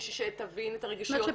מישהי שתבין את הרגישויות,